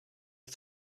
are